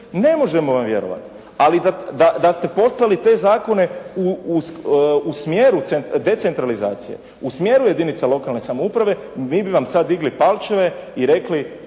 ne možemo vam vjerovati, ali da ste poslali te zakone u smjeru decentralizacije, u smjeru jedinica lokalne samouprave, mi bi vam sad digli palčeve i rekli,